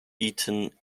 eaten